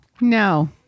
no